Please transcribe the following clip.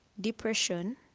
depression